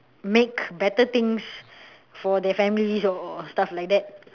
make better things for their families or stuff like that